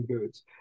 goods